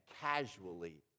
casually